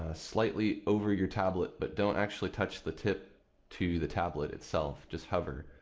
ah slightly over your tablet, but don't actually touch the tip to the tablet itself. just hover.